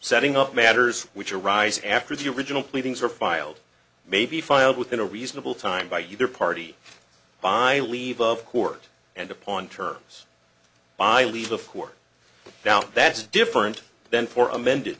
setting up matters which arise after the original pleadings are filed may be filed within a reasonable time by either party by leave of court and upon terms by leave before now that's different then for amended